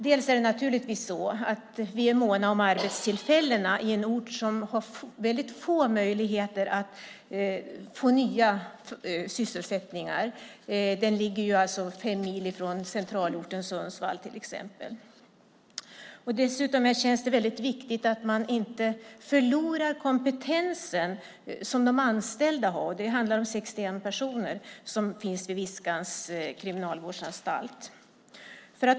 Vi är naturligtvis måna om arbetstillfällena i en ort som har få möjligheter att skapa ny sysselsättning. Orten ligger fem mil från centralorten Sundsvall. Dessutom känns det viktigt att man inte förlorar kompetensen som de anställda har. Det handlar om 61 personer vid Viskans kriminalvårdsanstalt.